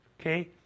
Okay